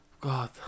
God